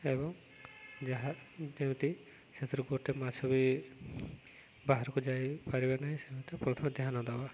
ଏବଂ ଯାହା ଯେମିତି ସେଥିରୁ ଗୋଟେ ମାଛ ବି ବାହାରକୁ ଯାଇପାରିବେ ନାହିଁ ପ୍ରଥମେ ଧ୍ୟାନ ଦେବା